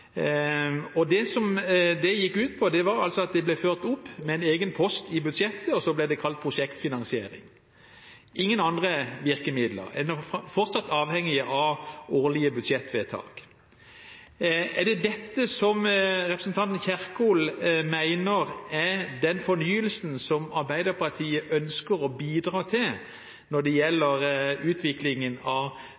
gangen. Det som det gikk ut på, var at de ble ført opp med en egen post i budsjettet, og så ble det kalt prosjektfinansiering – ingen andre virkemidler, en er fortsatt avhengig av årlige budsjettvedtak. Er det dette som representanten Kjerkol mener er den fornyelsen som Arbeiderpartiet ønsker å bidra til når det gjelder utviklingen av